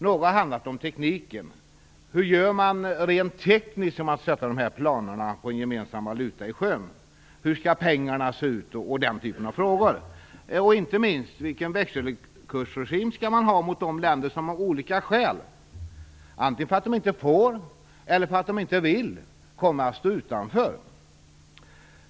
Några har handlat om tekniken. Det har rört sig om frågor av typen: Hur gör man rent tekniskt när man skall sätta de här planerna på en gemensam valuta i sjön? Hur skall pengarna se ut? Inte minst har man frågat sig vilken växelkursregim man skall ha mot de länder som av olika skäl, antingen därför att de inte får eller därför att de inte vill, kommer att stå utanför.